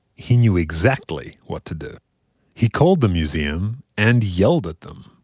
he knew exactly what to do he called the museum and yelled at them.